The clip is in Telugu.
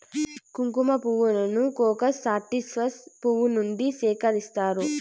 కుంకుమ పువ్వును క్రోకస్ సాటివస్ పువ్వు నుండి సేకరిస్తారు